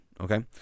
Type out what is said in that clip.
Okay